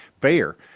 Bayer